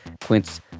Quince